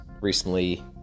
recently